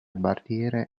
barriere